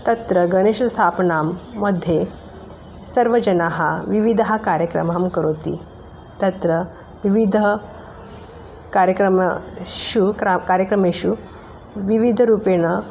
तत्र गणेशस्थापना मध्ये सर्वे जनाः विविधः कार्यक्रमं करोति तत्र विविधः कार्यक्रमेषु क्रा कार्यक्रमेषु विविधरूपेण